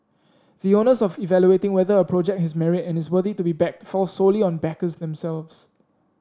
the onus of evaluating whether a project has merit and is worthy to be backed falls solely on backers themselves